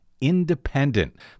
independent